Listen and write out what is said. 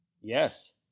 Yes